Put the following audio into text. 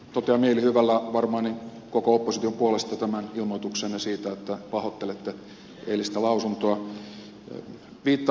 totean mielihyvällä varmaan koko opposition puolesta tämän ilmoituksenne siitä että pahoittelette eilistä lausuntoa